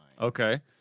Okay